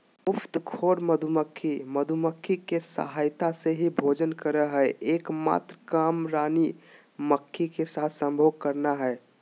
मुफ्तखोर मधुमक्खी, मधुमक्खी के सहायता से ही भोजन करअ हई, एक मात्र काम रानी मक्खी के साथ संभोग करना हई